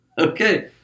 Okay